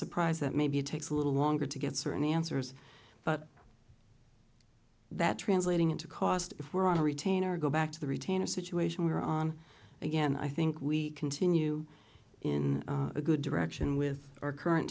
surprised that maybe it takes a little longer to get certain answers but that translating into cost if we're on a retainer go back to the retainer situation we're on again i think we continue in a good direction with our current